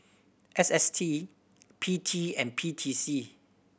S S T P T and P T C